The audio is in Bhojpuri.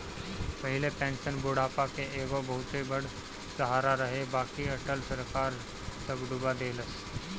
पहिले पेंशन बुढ़ापा के एगो बहुते बड़ सहारा रहे बाकि अटल सरकार सब डूबा देहलस